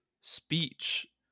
speech